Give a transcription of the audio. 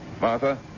Martha